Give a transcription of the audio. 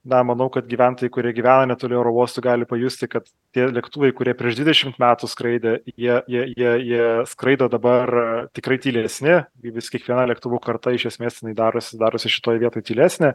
na manau kad gyventojai kurie gyvena netoli oro uostų gali pajusti kad tie lėktuvai kurie prieš dvidešimt metų skraidė jie jie jie jie skraido dabar tikrai tylesni vis kiekviena lėktuvų karta iš esmės jinai darosi darosi šitoj vietoj tylesnė